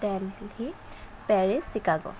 Delhi Paris Chicago